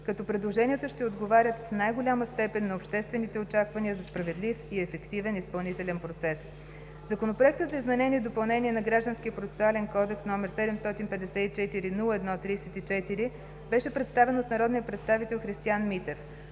като предложенията ще отговорят в най-голяма степен на обществените очаквания за справедлив и ефективен изпълнителен процес. Законопроектът за изменение и допълнение на Гражданския процесуален кодекс, № 754-01-34, беше представен от народния представител Христиан Митев.